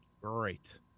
great